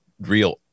real